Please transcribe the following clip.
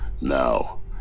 Now